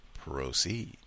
Proceed